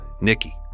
Nikki